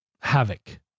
havoc